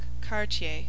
Cartier